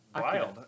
wild